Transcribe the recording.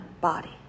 body